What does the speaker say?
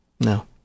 No